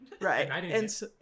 Right